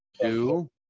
Two